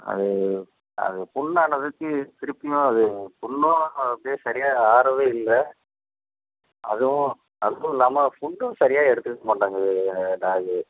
அது அது புண்ணானது திருப்பியும் அது புண்ணும் அப்படியே சரியாக ஆறவே இல்லை அதுவும் அதுவும் இல்லாமல் ஃபுட்டும் சரியாக எடுத்துக்க மாட்டேங்குது டாக்கு